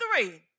three